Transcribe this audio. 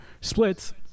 splits